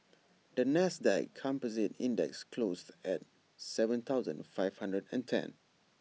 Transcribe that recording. the Nasdaq composite index closed at Seven thousand five hundred and ten